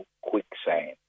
quicksand